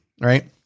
right